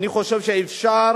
אני חושב שאפשר.